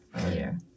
earlier